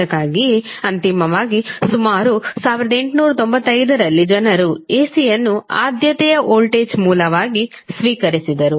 ಅದಕ್ಕಾಗಿಯೇ ಅಂತಿಮವಾಗಿ ಸುಮಾರು 1895 ರಲ್ಲಿ ಜನರು AC ಯನ್ನು ಆದ್ಯತೆಯ ವೋಲ್ಟೇಜ್ ಮೂಲವಾಗಿ ಸ್ವೀಕರಿಸಿದರು